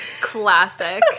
classic